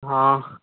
હા